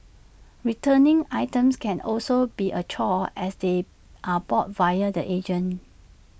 returning items can also be A chore as they are bought via the agent